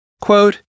Quote